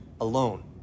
alone